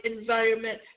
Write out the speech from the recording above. environment